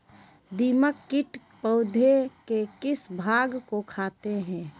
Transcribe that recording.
दीमक किट पौधे के किस भाग को खाते हैं?